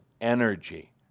energy